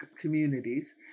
communities